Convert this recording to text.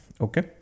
okay